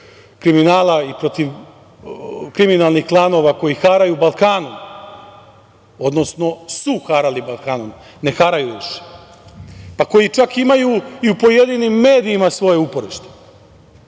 kriminala i protiv kriminalnih klanova, koji haraju Balkanom, odnosno su harali Balkanom, ne haraju više, pa koji čak imaju i u pojedinim medijima svoje uporište. Da